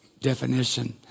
definition